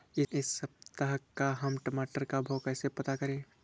इस सप्ताह का हम टमाटर का भाव कैसे पता करें?